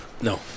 No